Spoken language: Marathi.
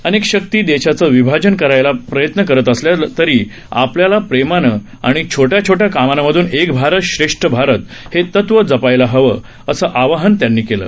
अनेक शक्ती देशाचं विभाजन करायचा प्रयत्न करत असल्या तरी आपल्याला प्रेमानं आणि छोट्या छोट्या कामांमधून एक भारत श्रेष्ठ भारत हे तत्व जपायचंय असं आवाहन त्यांनी केलं